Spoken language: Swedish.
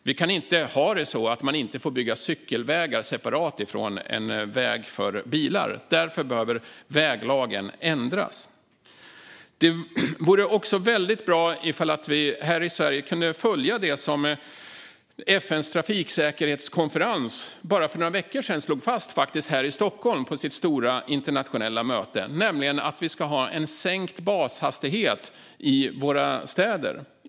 Vi kan inte ha det på det sättet att man inte får bygga cykelvägar separat från en väg för bilar. Därför behöver väglagen ändras. Det vore också mycket bra om vi här i Sverige kunde följa det som FN:s trafiksäkerhetskonferens för bara några veckor sedan slog fast här i Stockholm på sitt stora internationella möte, nämligen att vi ska ha en sänkt bashastighet i våra städer.